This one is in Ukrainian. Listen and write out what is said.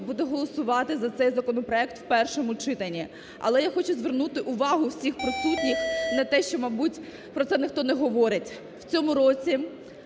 буде голосувати за цей законопроект в першому читанні. Але я хочу звернути увагу всіх присутніх на те, що - мабуть, про це ніхто не говорить,